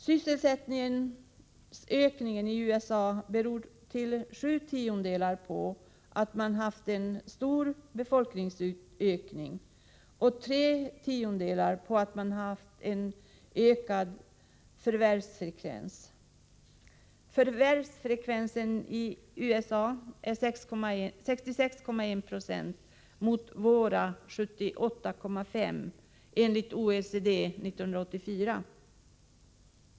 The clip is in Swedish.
Sysselsättningsökningen i USA beror till 7 10 på att de har haft en ökad förvärvsfrekvens. Förvärvsfrekvensen i USA är 66,1 96 mot Sveriges 78,5 enligt OECD 1984.